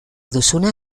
duzuna